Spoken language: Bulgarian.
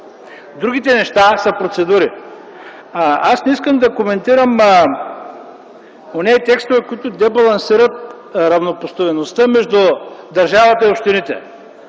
Другите неща са процедури. Аз не искам да коментирам онези текстове, които дебалансират равнопоставеността между държавата и общините.